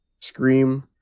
Scream